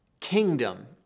kingdom